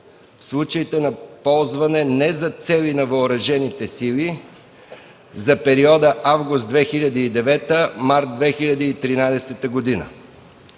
случаите на ползване не за цели на въоръжените сили за периода август 2009 – март 2013 г.,